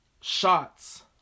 shots